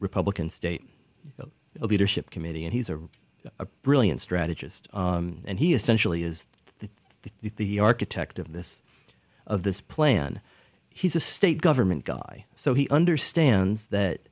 republican state leadership committee and he's a brilliant strategist and he essentially is the the architect of this of this plan he's a state government guy so he understands that